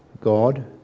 God